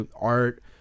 art